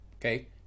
okay